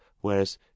Whereas